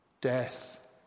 Death